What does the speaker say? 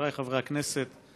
חבריי חברי הכנסת,